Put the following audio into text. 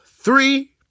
three